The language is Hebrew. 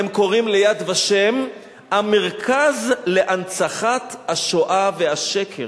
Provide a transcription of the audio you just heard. הם קוראים ל"יד ושם" "המרכז להנצחת השואה והשקר".